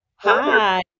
Hi